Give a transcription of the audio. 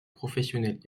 professionnelles